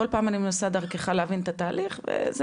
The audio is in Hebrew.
כל פעם אני מנסה דרכך להבין את התהליך וזה